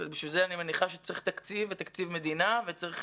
אני מניחה שבשביל זה צריך תקציב מדינה וצריך